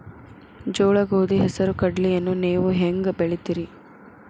ಜೋಳ, ಗೋಧಿ, ಹೆಸರು, ಕಡ್ಲಿಯನ್ನ ನೇವು ಹೆಂಗ್ ಬೆಳಿತಿರಿ?